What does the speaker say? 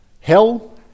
Hell